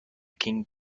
king